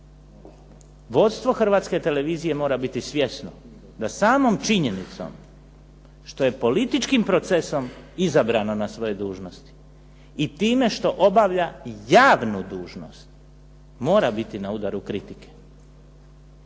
Vodstvo Hrvatske televizije mora biti svjesno da samom činjenicom što je političkim procesom izabrano na svoje dužnosti i time što obavlja javnu dužnost mora biti na udaru kritike